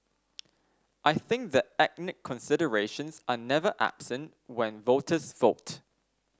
I think that ethnic considerations are never absent when voters vote